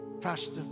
Pastor